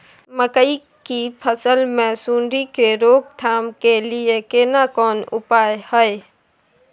मकई की फसल मे सुंडी के रोक थाम के लिये केना कोन उपाय हय?